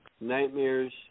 nightmares